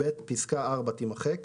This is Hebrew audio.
פסקה (4) תימחק.